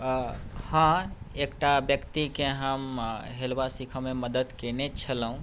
हँ एकटा व्यक्तिकेँ हम हेलब सीखयमे मदद कयने छलहुँ